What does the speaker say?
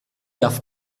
darf